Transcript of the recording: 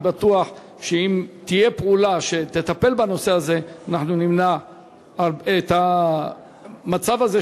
אני בטוח שאם תהיה פעולה שתטפל בנושא הזה אנחנו נמנע את המצב הזה,